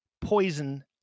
poison